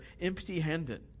empty-handed